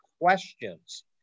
questions